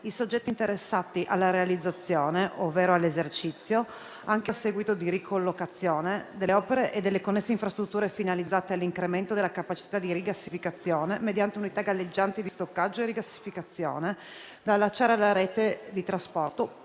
soggetti interessati alla realizzazione ovvero all'esercizio, anche a seguito di ricollocazione, delle opere e delle connesse infrastrutture finalizzate all'incremento della capacità di rigassificazione mediante unità galleggianti di stoccaggio e rigassificazione da allacciare alla rete di trasporto